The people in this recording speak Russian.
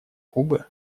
кубы